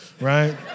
right